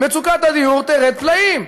מצוקת הדיור תרד פלאים.